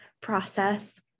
process